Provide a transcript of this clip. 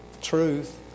truth